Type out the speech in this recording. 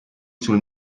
sul